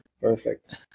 Perfect